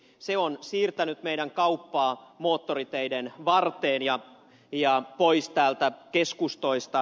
se on siirtänyt kauppaa moottoriteiden varteen ja pois täältä keskustoista